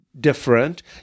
different